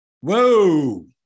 Whoa